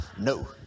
No